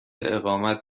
اقامت